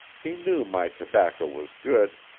he knew my tobacco was good,